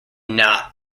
not